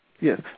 Yes